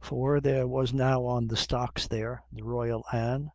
for there was now on the stocks there the royal anne,